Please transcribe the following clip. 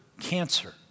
cancer